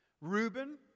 Reuben